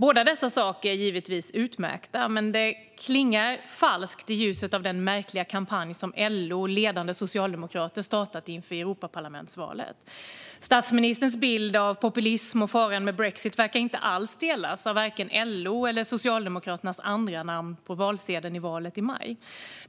Båda dessa saker är givetvis utmärkta, men det klingar falskt i ljuset av den märkliga kampanj som LO och ledande socialdemokrater startat inför Europaparlamentsvalet. Statsministerns bild av populism och faran med brexit verkar inte alls delas av vare sig LO eller Socialdemokraternas andranamn på valsedeln i valet i maj.